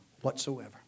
whatsoever